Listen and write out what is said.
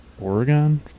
oregon